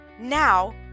now